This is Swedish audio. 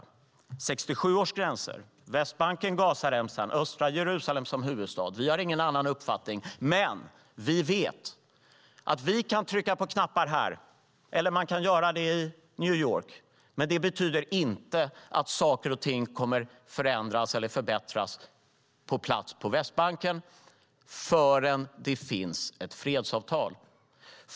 1967 års gränser, Västbanken, Gazaremsan, östra Jerusalem som huvudstad - vi har ingen annan uppfattning. Visst kan vi trycka på knappar här, eller man kan göra det i New York, men det betyder inte att saker och ting kommer att förändras eller förbättras på plats på Västbanken förrän det finns ett fredsavtal.